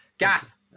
Gas